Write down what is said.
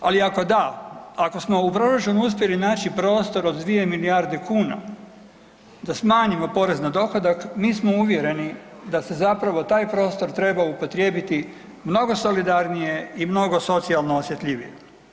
Ali ako da, ako smo u proračunu uspjeli naći prostor od dvije milijarde kuna da smanjimo porez na dohodak, mi smo uvjereni da se taj prostor treba upotrijebiti mnogo solidarnije i mnogo socijalno osjetljivije.